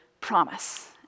promise